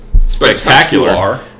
Spectacular